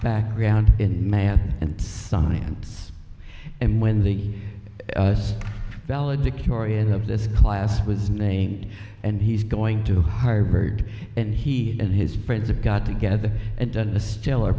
background in math and science and when the valedictorian of this class was named and he's going to harvard and he and his friends that got together and done a stell